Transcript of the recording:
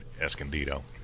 Escondido